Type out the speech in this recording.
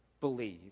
believe